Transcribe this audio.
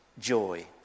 joy